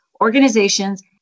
organizations